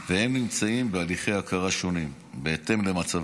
והם נמצאים בהליכי הכרה שונים בהתאם למצבם.